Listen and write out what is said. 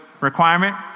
requirement